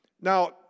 Now